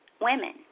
women